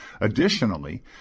Additionally